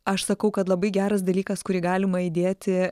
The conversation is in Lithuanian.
aš sakau kad labai geras dalykas kurį galima įdėti